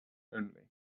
only